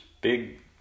big